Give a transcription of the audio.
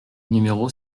numéro